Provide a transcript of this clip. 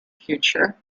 future